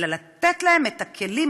אלא לתת להן את הכלים,